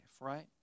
right